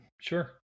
Sure